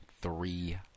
three